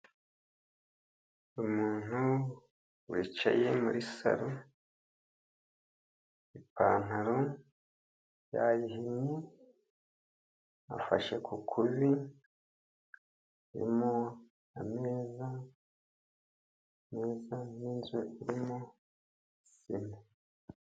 Umuntu wicaye muri salo ipantaro yayihinnye, afashe ku ivi, harimo ameza, n'inzu irimo sima.